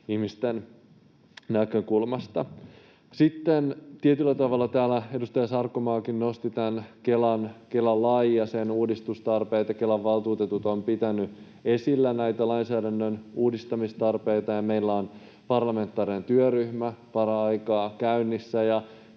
ihmisten näkökulmasta. Sitten tietyllä tavalla täällä edustaja Sarkomaakin nosti tämän Kela-lain ja sen uudistustarpeet. Kelan valtuutetut ovat pitäneet esillä näitä lainsäädännön uudistamistarpeita. Meillä on parlamentaarinen työryhmä paraikaa käynnissä,